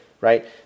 right